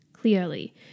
clearly